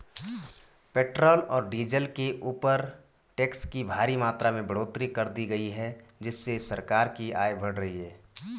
petrol और diesel के ऊपर टैक्स की भारी मात्रा में बढ़ोतरी कर दी गई है जिससे सरकार की आय बढ़ रही है